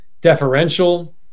deferential